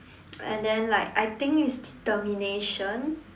and then like I think with determination